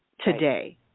today